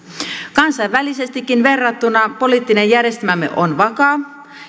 kansainvälisestikin verrattuna poliittinen järjestelmämme on vakaa